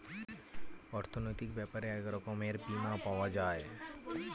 অর্থনৈতিক ব্যাপারে এক রকমের বীমা পাওয়া যায়